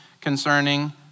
concerning